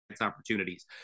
opportunities